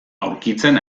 aurkitzen